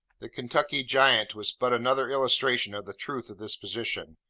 the kentucky giant was but another illustration of the truth of this position.